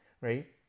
right